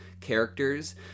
characters